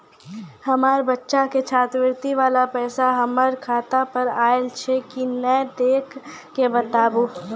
हमार बच्चा के छात्रवृत्ति वाला पैसा हमर खाता पर आयल छै कि नैय देख के बताबू?